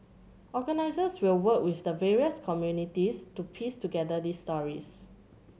organisers will work with the various communities to piece together these stories